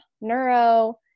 neuro